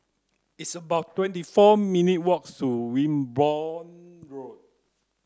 it's about twenty four minutes' walk to Wimborne Road